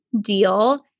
deal